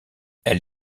elle